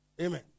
Amen